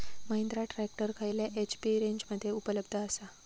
Mahindra tractor खयल्या HP रेंजमध्ये उपलब्ध आसा?